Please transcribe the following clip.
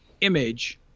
image